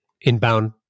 inbound